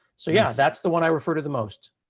so yeah, that's the one i refer to the most.